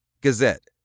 Gazette